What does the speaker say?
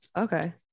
Okay